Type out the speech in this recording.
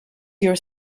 your